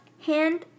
Hand